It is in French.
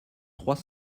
trois